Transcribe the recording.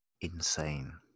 insane